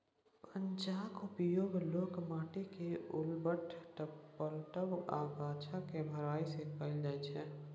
पंजाक उपयोग लोक माटि केँ उलटब, पलटब आ गाछ केँ भरय मे कयल जाइ छै